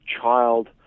child